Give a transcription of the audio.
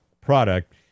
product